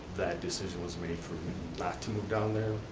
that decision was made for me not to move down there.